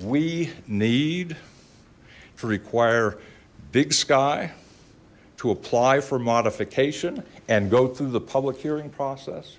we need to require big sky to apply for modification and go through the public hearing process